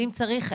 אם צריך,